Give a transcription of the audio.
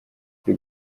при